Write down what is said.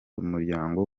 umuryango